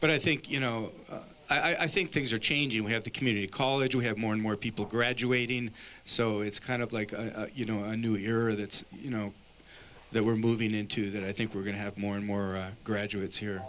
but i think you know i think things are changing we have the community college we have more and more people graduating so it's kind of like a you know a new era that's you know they were moving into that i think we're going to have more and more graduates here